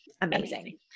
amazing